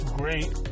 great